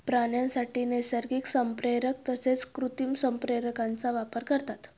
प्राण्यांसाठी नैसर्गिक संप्रेरक तसेच कृत्रिम संप्रेरकांचा वापर करतात